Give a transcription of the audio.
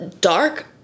dark